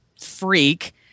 freak